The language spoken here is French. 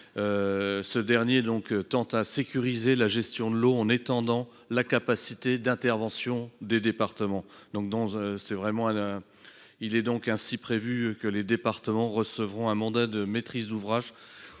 celui ci tend à sécuriser la gestion de l’eau en étendant la capacité d’intervention des départements. Ainsi, les départements recevront un mandat de maîtrise d’ouvrage